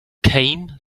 came